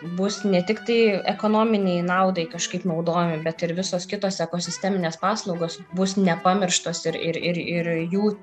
bus ne tiktai ekonominei naudai kažkaip naudojami bet ir visos kitos ekosisteminės paslaugos bus nepamirštos ir ir ir jų